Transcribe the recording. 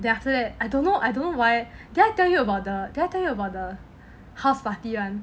then after that I don't know I don't know why did I tell you about did I tell you about the house party [one]